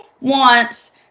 wants